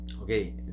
okay